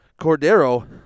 Cordero